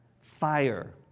Fire